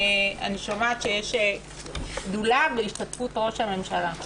אני שומעת שיש שדולה בהשתתפות ראש הממשלה.